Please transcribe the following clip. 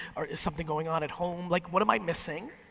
or is something going on at home? like what am i missing?